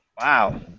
Wow